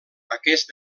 aquest